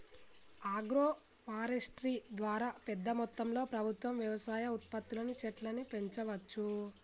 agro forestry ద్వారా పెద్ద మొత్తంలో ప్రభుత్వం వ్యవసాయ ఉత్పత్తుల్ని చెట్లను పెంచవచ్చు